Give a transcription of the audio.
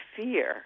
fear